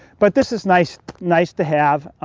but this is nice nice to have.